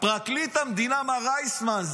פרקליט המדינה מר איסמן,